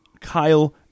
Kyle